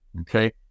okay